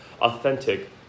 authentic